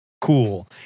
cool